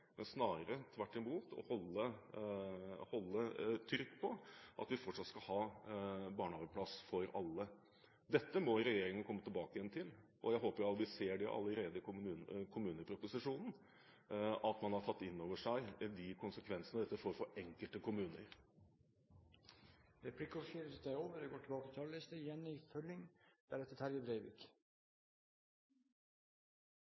men snarere tvert imot holder trykk på at vi fortsatt skal ha barnehageplass for alle. Dette må regjeringen komme tilbake igjen til, og jeg håper at vi ser allerede i kommuneproposisjonen at man har tatt inn over seg de konsekvensene dette får for enkelte kommuner. Replikkordskiftet er over.